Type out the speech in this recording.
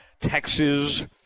Texas